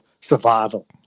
survival